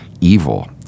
evil